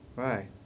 right